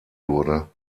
wurde